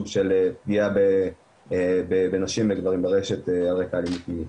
של פגיעה בנשים וגברים ברשת על רקע אלימות מינית.